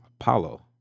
Apollo